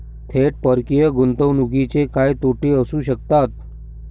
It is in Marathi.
थेट परकीय गुंतवणुकीचे काय तोटे असू शकतात?